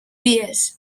vies